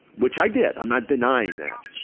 which i did, i'm not denying that,